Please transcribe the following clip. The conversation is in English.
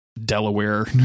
delaware